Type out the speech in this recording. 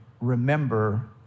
remember